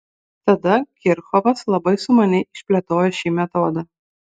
tada kirchhofas labai sumaniai išplėtojo šį metodą